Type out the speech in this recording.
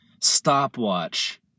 stopwatch